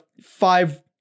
five